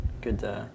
Good